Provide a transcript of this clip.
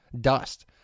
dust